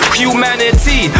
humanity